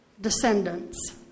descendants